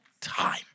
time